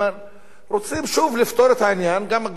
רוצים שוב לפתור את העניין על גבם של הערבים.